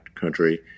country